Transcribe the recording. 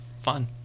fun